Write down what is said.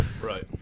Right